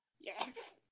Yes